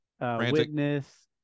Witness